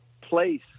place